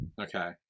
Okay